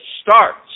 starts